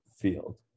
field